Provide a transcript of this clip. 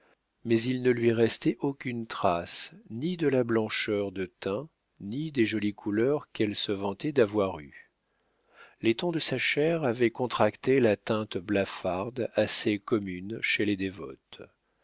mais il ne lui restait aucune trace ni de la blancheur de teint ni des jolies couleurs qu'elle se vantait d'avoir eues les tons de sa chair avaient contracté la teinte blafarde assez commune chez les dévotes